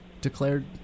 declared